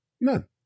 None